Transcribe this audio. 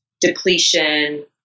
depletion